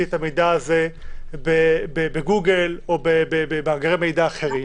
את המידע הזה בגוגל או במאגרי מידע אחרים,